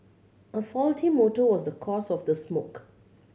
a faulty motor was the cause of the smoke